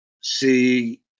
see